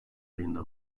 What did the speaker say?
ayında